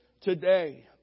today